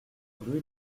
rue